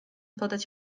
podać